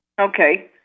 Okay